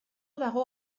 dago